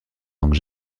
langue